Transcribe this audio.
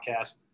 Podcast